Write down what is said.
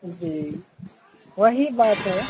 जी वही बात है